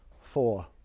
four